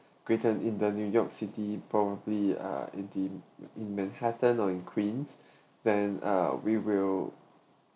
created in the new york city probably uh eighteen in manhattan or in queens then uh we will